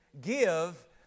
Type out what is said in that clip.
give